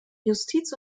justiz